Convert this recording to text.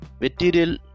material